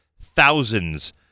thousands